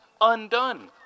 undone